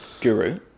Guru